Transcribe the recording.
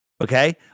Okay